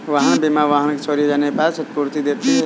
वाहन बीमा वाहन के चोरी हो जाने पर क्षतिपूर्ति देती है